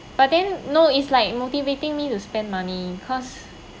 but then no is like motivating me to spend money cause